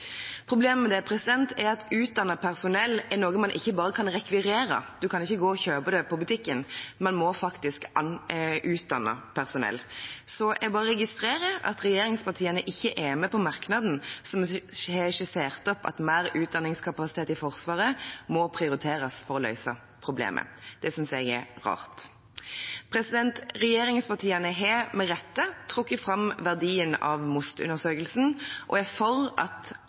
Problemet med det er at utdannet personell er noe man ikke bare kan rekvirere. Man kan ikke gå og kjøpe det på butikken, man må faktisk utdanne personell. Jeg bare registrerer at regjeringspartiene ikke er med på merknaden som har skissert opp at mer utdanningskapasitet i Forsvaret må prioriteres for å løse problemet. Det synes jeg er rart. Regjeringspartiene har med rette trukket fram verdien av MOST-undersøkelsen og er for at